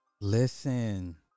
Listen